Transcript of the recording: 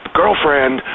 girlfriend